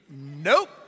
Nope